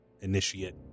initiate